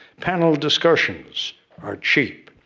panel discussions are cheap.